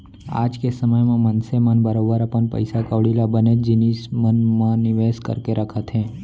आज के समे म मनसे मन बरोबर अपन पइसा कौड़ी ल बनेच जिनिस मन म निवेस करके रखत हें